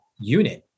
unit